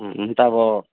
हुनु त अब